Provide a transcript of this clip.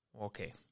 Okay